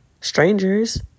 strangers